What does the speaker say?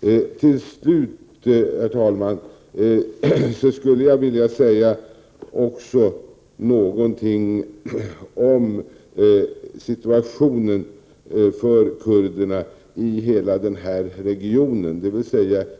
Jag vill slutligen, herr talman, säga något om situationen för kurderna i hela denna region, dvs.